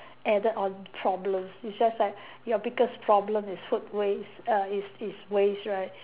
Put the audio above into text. added on problems it's just that your biggest problem is food waste err is is waste right